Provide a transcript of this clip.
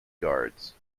guards